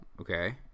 Okay